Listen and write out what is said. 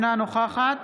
בעד